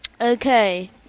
okay